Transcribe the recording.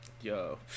Yo